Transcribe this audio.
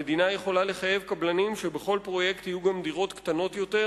המדינה יכולה לחייב קבלנים שבכל פרויקט יהיו גם דירות קטנות יותר,